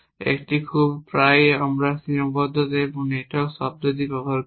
একটি খুব প্রায়ই আমরা সীমাবদ্ধতা নেটওয়ার্ক শব্দটি ব্যবহার করি